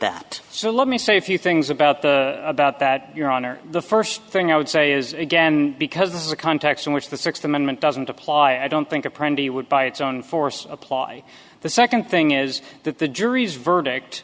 that so let me say a few things about the about that your honor the first thing i would say is again because this is a context in which the sixth amendment doesn't apply i don't think a pretty would by its own force apply the second thing is that the jury's verdict